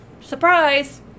surprise